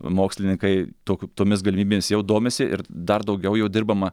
mokslininkai tok tomis galimybės jau domisi ir dar daugiau jau dirbama